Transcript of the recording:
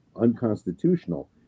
unconstitutional